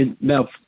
Now